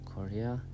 Korea